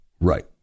Right